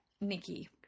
Nikki